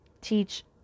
teach